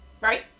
right